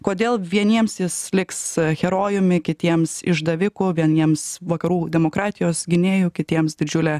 kodėl vieniems jis liks herojumi kitiems išdaviku vieniems vakarų demokratijos gynėju kitiems didžiule